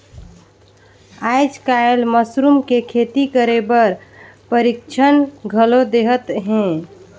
आयज कायल मसरूम के खेती करे बर परिक्छन घलो देहत हे